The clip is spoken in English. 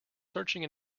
searching